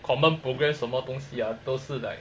common programs 什么东西啊都是 like